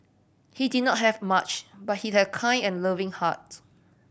he did not have much but he had a kind and loving heart